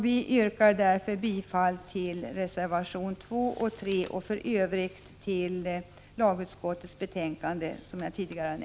Vi yrkar därför bifall till reservation 2 och 3 och i övrigt till lagutskottets hemställan.